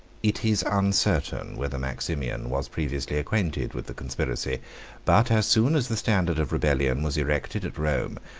it is uncertain whether maximian was previously acquainted with the conspiracy but as soon as the standard of rebellion was erected at rome,